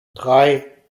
drei